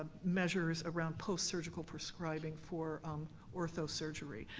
measures around post-surgical prescribing for orthosurgery.